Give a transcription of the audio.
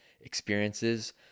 experiences